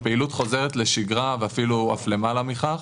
הפעילות חוזרת לשגרה אפילו אף למעלה מכך,